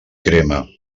crema